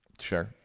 Sure